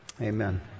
Amen